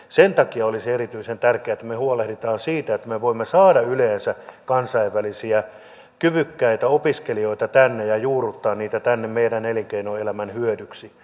sen takia olisi erityisen tärkeää että me huolehdimme siitä että me voimme saada yleensä kansainvälisiä kyvykkäitä opiskelijoita tänne ja juurruttaa heitä tänne meidän elinkeinoelämämme hyödyksi